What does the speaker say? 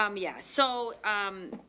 um yeah. so, um,